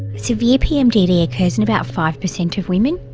severe pmdd occurs in about five percent of women.